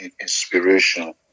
inspiration